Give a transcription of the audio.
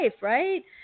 right